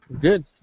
Good